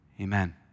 Amen